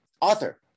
author